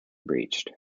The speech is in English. breached